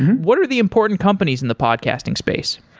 what are the important companies in the podcasting space?